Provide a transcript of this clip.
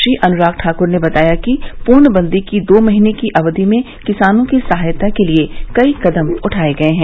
श्री अनुराग ठाकुर ने बताया कि पूर्णबंदी की दो महीने की अवधि में किसानों की सहायता के लिए कई कदम उठाये गये हैं